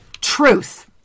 truth